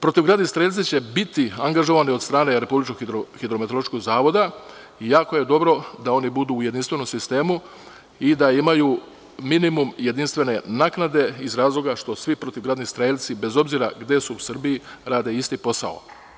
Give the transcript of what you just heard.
Protivgradni strelci će biti angažovani od strane RHMZ i jako je dobro da oni budu u jedinstvenom sistemu i da imaju minimum jedinstvene naknade iz razloga što svi protivgradni strelci, bez obzira gde su u Srbiji, rade isti posao.